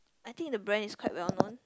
I think the brand is quite well known